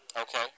Okay